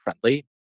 friendly